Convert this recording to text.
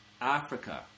Africa